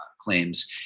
claims